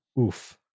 oof